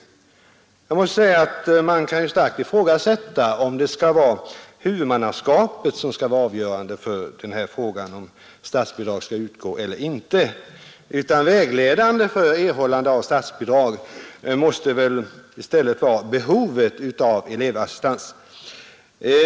Jag måste säga att det starkt kan ifrågasättas om huvudmannaskapet skall vara avgörande för om statsbidrag skall utgå eller inte. Vägledande för utbetalande av statsbidrag måste väl i stället vara behovet av elevassistans.